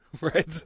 Right